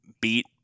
beat